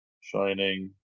shining